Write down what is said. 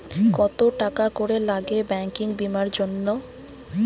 কত টাকা করে লাগে ব্যাঙ্কিং বিমার জন্য?